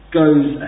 goes